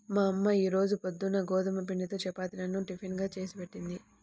మా అమ్మ ఈ రోజు పొద్దున్న గోధుమ పిండితో చపాతీలను టిఫిన్ గా చేసిపెట్టింది